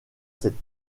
cette